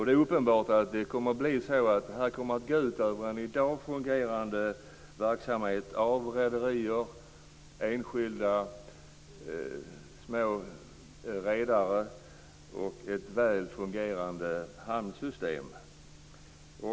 Det är uppenbart att det här kommer att gå ut över en i dag fungerande verksamhet med rederier, enskilda små redare, och ett väl fungerande hamnsystem.